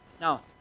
Now